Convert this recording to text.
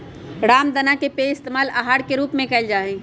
रामदाना के पइस्तेमाल आहार के रूप में कइल जाहई